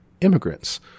immigrants